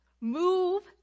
move